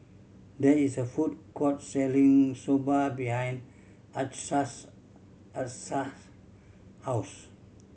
there is a food court selling Soba behind Achsah's house